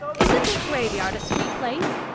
isn't this graveyard a sweet place?